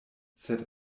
sed